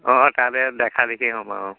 অঁ তাতে দেখাদেখি হ'ম আৰু